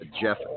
Jeff